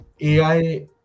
AI